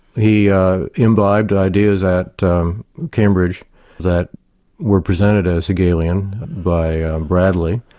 he imbibed ideas at cambridge that were presented as hegelian by bradley,